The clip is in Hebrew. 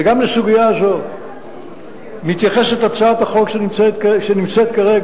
וגם לסוגיה זו מתייחסת הצעת החוק שנמצאת כרגע,